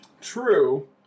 True